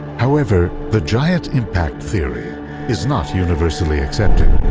however, the giant impact theory is not universally accepted.